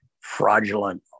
fraudulent